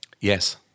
Yes